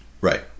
Right